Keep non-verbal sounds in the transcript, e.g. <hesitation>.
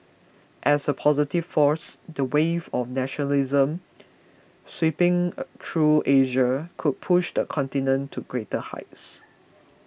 as a positive force the wave of nationalism sweeping <hesitation> through Asia could push the continent to greater heights